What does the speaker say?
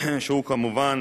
שהוא כמובן